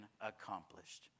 accomplished